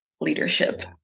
leadership